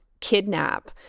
kidnap